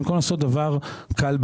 במקום לעשות דבר הרבה יותר קל,